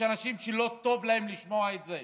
יש אנשים שלא טוב להם לשמוע את זה,